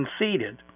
conceded